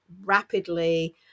rapidly